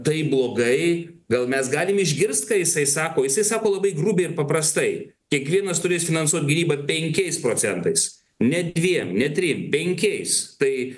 taip blogai gal mes galim išgirst ką jisai sako jisai sako labai grubiai paprastai kiekvienas turės finansuot gynybą penkiais procentais ne dviem ne trim penkiais tai